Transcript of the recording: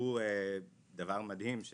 הראו דבר מדהים,